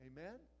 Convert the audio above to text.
Amen